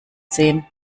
sehen